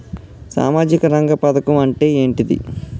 సామాజిక రంగ పథకం అంటే ఏంటిది?